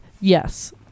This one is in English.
yes